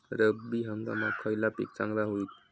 रब्बी हंगामाक खयला पीक चांगला होईत?